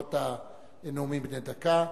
בעקבות הנאומים בני הדקה.